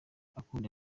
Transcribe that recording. akunda